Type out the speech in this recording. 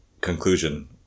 conclusion